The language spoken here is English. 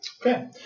Okay